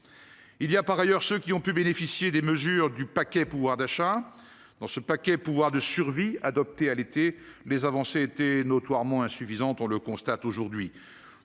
Il y a, par ailleurs, ceux qui ont pu bénéficier des mesures du paquet pouvoir d'achat. Dans ce « paquet pouvoir de survie » adopté à l'été, les avancées étaient notoirement insuffisantes, on le constate aujourd'hui.